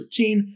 13